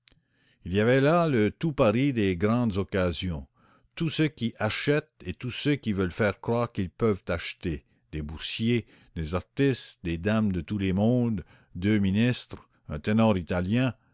il y avait là le tout paris des grandes occasions tous ceux qui achètent et tous ceux qui veulent faire croire qu'ils peuvent acheter des boursiers des artistes des dames de tous les mondes deux ministres un ténor italien